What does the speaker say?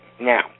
Now